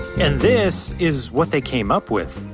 and this is what they came up with.